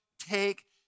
Take